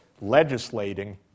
legislating